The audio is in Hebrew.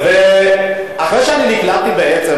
אחרי שאני נקלטתי בעצם,